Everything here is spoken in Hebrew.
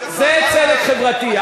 זה צדק חברתי,